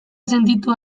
sentitu